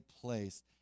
place